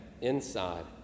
inside